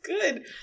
good